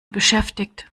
beschäftigt